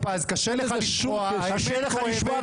ופספסתי את ההתחלה להשתייך למחנה נאור,